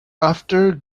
after